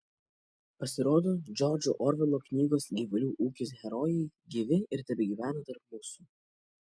pasirodo džordžo orvelo knygos gyvulių ūkis herojai gyvi ir tebegyvena tarp mūsų